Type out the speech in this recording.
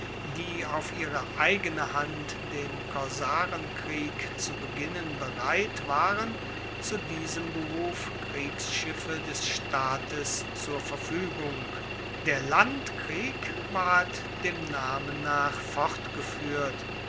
die auf ihre eigene hand den korsarenkrieg zu beginnen bereit waren zu diesem behuf kriegsschiffe des staates zur verfuegung der landkrieg ward dem namen nach fortgefuehrt